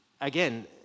again